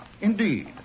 Indeed